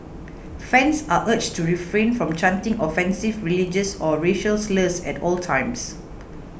fans are urged to refrain from chanting offensive religious or racial slurs at all times